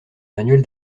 manuel